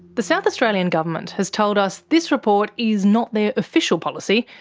the south australian government has told us this report is not their official policy,